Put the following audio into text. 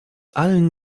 allen